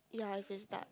ya if it's dark